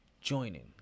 joining